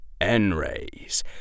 N-rays